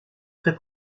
très